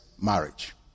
marriage